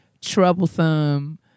troublesome